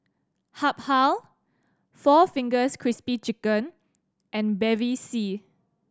Habhal four Fingers Crispy Chicken and Bevy C